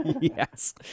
Yes